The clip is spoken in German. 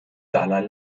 dalai